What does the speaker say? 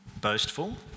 boastful